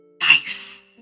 nice